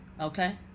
okay